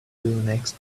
next